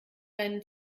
deinen